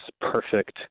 perfect